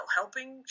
helping